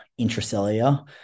intracellular